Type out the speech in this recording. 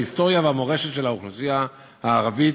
ההיסטוריה והמורשת של האוכלוסייה הערבית.